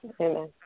Amen